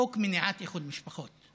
חוק מניעת איחוד משפחות.